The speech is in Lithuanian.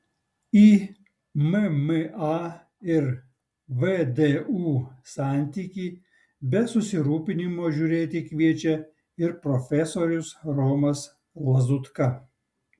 į mma ir vdu santykį be susirūpinimo žiūrėti kviečia ir profesorius romas lazutka